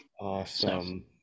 Awesome